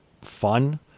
fun